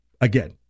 again